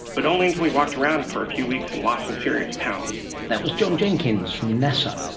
but only until we walked around for a few weeks and lost some serious pounds. that was jon jenkins from nasa.